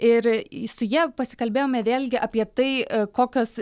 ir su ja pasikalbėjome vėlgi apie tai kokios